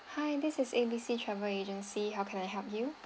hi this is A B C travel agency how can I help you